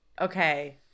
Okay